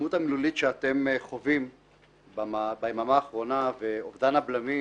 שהאלימות המילולית שאתם חווים ביממה האחרונה ואובדן הבלמים,